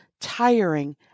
tiring